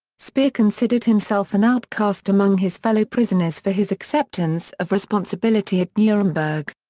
speer considered himself an outcast among his fellow prisoners for his acceptance of responsibility at nuremberg.